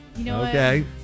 Okay